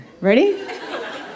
Ready